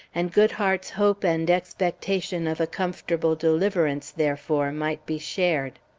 and goodhart's hope and expectation of a comfortable deliverance, therefore, might be shared.